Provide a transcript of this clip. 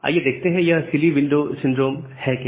आइए देखते हैं यह सिली विंडो सिंड्रोम है क्या